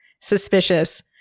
suspicious